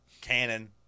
Cannon